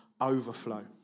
overflow